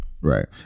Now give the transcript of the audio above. Right